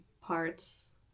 parts